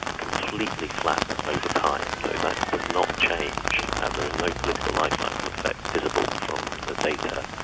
completely flat over time, so that does not change and there is no political life cycle effect visible from the data.